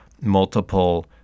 multiple